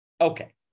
Okay